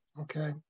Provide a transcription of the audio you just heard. Okay